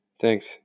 thanks